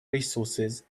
resources